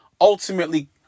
ultimately